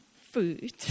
food